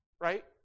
Right